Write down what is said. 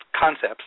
concepts